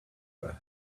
her